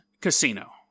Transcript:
casino